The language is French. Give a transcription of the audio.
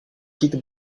quitte